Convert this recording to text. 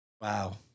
Wow